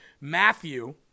Matthew